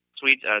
Sweet